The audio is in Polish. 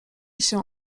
się